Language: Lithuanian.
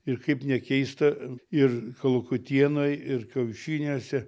ir kaip nekeista ir kalakutienoj ir kiaušiniuose